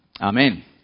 Amen